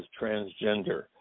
transgender